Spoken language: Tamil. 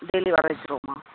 டெய்லி வர வச்சிருவோம்மா